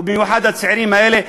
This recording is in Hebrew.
במיוחד הצעירים האלה,